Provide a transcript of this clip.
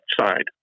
side